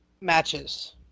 matches